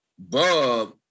Bub